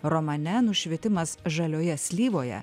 romane nušvitimas žalioje slyvoje